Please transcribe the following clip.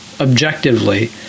objectively